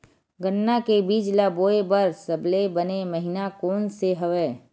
गन्ना के बीज ल बोय बर सबले बने महिना कोन से हवय?